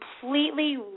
completely